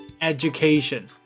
education